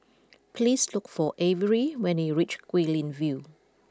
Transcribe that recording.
please look for Avery when you reach Guilin View